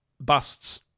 Busts